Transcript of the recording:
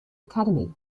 academy